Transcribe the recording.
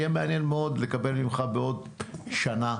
יהיה מעניין מאוד לקבל ממך בעוד שנה,